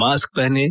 mask पहनें